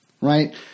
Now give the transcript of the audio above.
Right